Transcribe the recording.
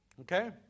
Okay